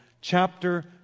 chapter